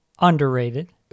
underrated